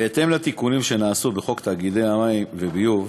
בהתאם לתיקונים שנעשו בחוק תאגידי מים וביוב